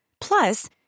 Plus